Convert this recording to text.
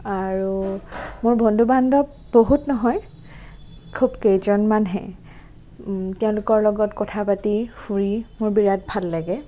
আৰু মোৰ বন্ধু বান্ধৱ বহুত নহয় খুব কেইজনমানহে তেওঁলোকৰ লগত কথা পাতি ফুৰি মোৰ বিৰাট ভাল লাগে